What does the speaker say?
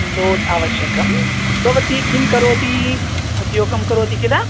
loan आवश्यकं भवती किं करोति उद्योगं करोति किल